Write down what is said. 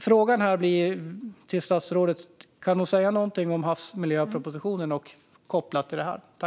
Frågan till statsrådet blir: Kan hon säga något om havsmiljöpropositionen kopplat till detta?